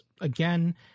again